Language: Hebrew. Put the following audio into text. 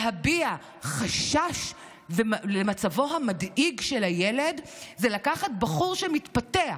להביע חשש למצבו המדאיג של הילד זה לקחת בחור שמתפתח,